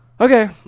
Okay